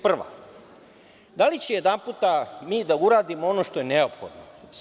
Prva, da li ćemo jedanput mi da uradimo ono što je neophodno.